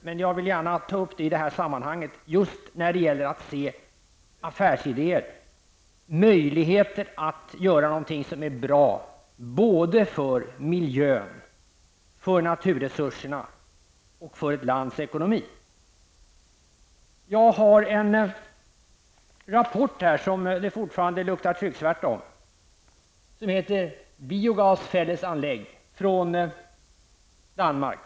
Men jag vill gärna ta upp det i det här sammanhanget när det gäller att se affärsidéer, möjligheter att göra någonting som är bra både för miljön, för naturresurserna och för ett lands ekonomi. Jag har en rapport här, som det fortfarande luktar trycksvärta om. Den kommer från Danmark och heter Biogasfællesanlæg.